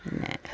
പിന്നെ